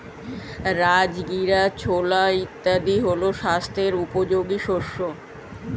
রাজগীরা, ছোলা ইত্যাদি হল স্বাস্থ্য উপযোগী শস্য